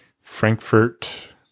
Frankfurt